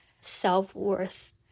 self-worth